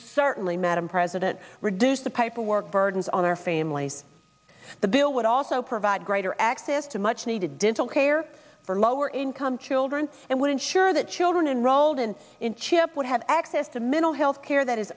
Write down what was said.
certainly madam president reduce the paperwork burdens on our families the bill would also provide greater access to much needed dental care for lower income children and would ensure that children enrolled and chip would have access to mental health care that is